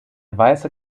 weiße